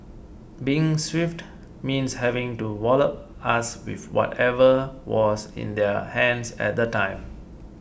being swift means having to wallop us with whatever was in their hands at the time